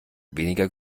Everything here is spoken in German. weniger